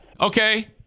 okay